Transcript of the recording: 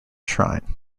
shrine